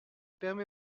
permet